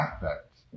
affect